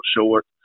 short